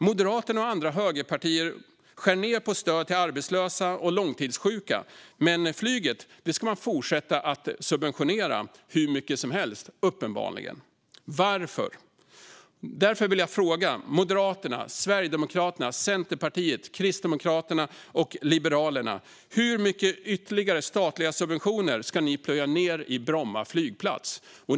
Moderaterna och andra högerpartier skär ned på stöd till arbetslösa och långtidssjuka, men flyget ska de uppenbarligen fortsätta att subventionera hur mycket som helst. Varför? Därför vill jag fråga Moderaterna, Sverigedemokraterna, Centerpartiet, Kristdemokraterna och Liberalerna: Hur mycket mer statliga subventioner ska ni plöja ned i Bromma flygplats?